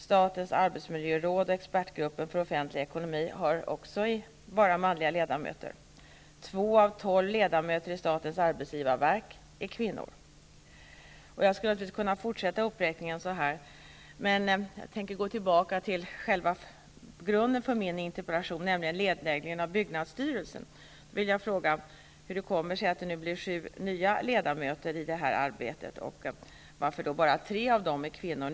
Statens arbetsmiljöråd och expertgruppen för offentlig ekonomi har också bara manliga ledamöter. Två av tolv ledamöter i statens arbetsgivarverk är kvinnor. Jag skulle naturligtvis kunna fortsätta uppräkningen, men jag tänker i stället gå tillbaka till själva grunden för min interpellation, nämligen nedläggningen av byggnadsstyrelsen. Hur kommer det sig att det blir sju nya ledamöter som skall delta i arbetet med detta, och varför är bara tre av dem kvinnor?